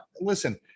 listen